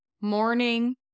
morning